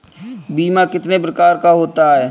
बीमा कितने प्रकार का होता है?